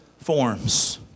forms